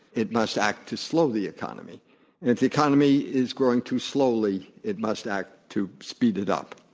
it must act to slow the economy and if the economy is growing too slowly, it must act to speed it up.